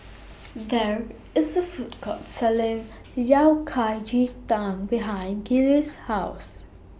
There IS A Food Court Selling Yao Kai Ji Tang behind Gillie's House